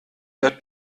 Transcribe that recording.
der